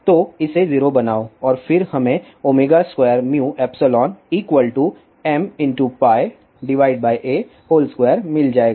तो इसे 0 बनाओ और फिर हमे 2μϵmπa2मिल जाएगा